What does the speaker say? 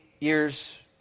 years